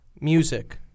music